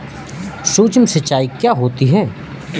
सुक्ष्म सिंचाई क्या होती है?